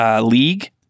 league